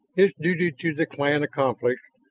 his duty to the clan accomplished,